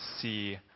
see